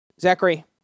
Zachary